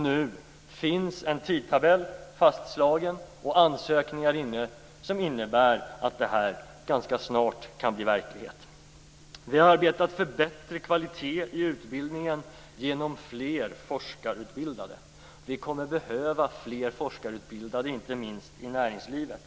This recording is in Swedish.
Nu finns en tidtabell fastslagen och ansökningar inne som innebär att det här ganska snart kan bli verklighet. Vi har arbetat för bättre kvalitet i utbildningen genom fler forskarutbildade. Vi kommer att behöva fler forskarutbildade, inte minst i näringslivet.